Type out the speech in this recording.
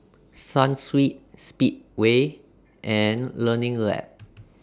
Sunsweet Speedway and Learning Lab